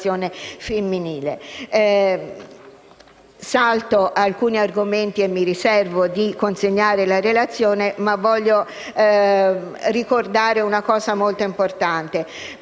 Salto alcuni argomenti e mi riservo di consegnare la relazione, ma voglio ricordare una cosa molto importante.